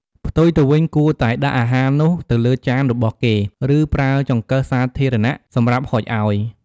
ផ្ទុយទៅវិញ គួរតែដាក់អាហារនោះទៅលើចានរបស់គេ ឬប្រើចង្កឹះសាធារណៈ សម្រាប់ហុចឱ្យ។